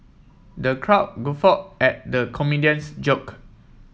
the crowd guffawed at the comedian's joke